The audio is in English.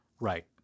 Right